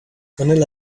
vanilla